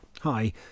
hi